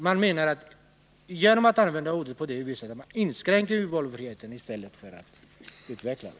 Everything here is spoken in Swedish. Därigenom inskränker man valfriheten i stället för att utveckla den.